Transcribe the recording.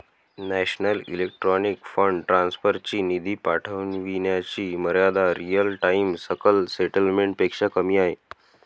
national electronic fund transfer ची निधी पाठविण्याची मर्यादा रिअल टाइम सकल सेटलमेंट पेक्षा कमी आहे